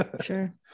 sure